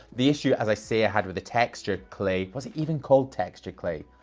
the issue, as i say, i had with the texture clay, was it even called texture clay?